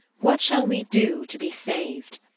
what shall we do to be saved?